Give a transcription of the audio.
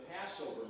Passover